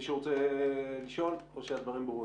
מישהו רוצה לשאול או שהדברים ברורים?